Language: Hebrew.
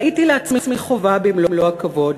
ראיתי לעצמי חובה, במלוא הכבוד,